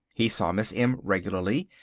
he saw miss m regularly,